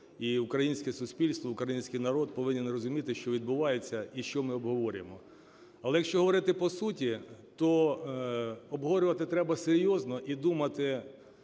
І українське суспільство, український народ повинен розуміти, що відбувається, і що ми обговорюємо. Але, якщо говорити по суті, то обговорювати треба серйозно і думати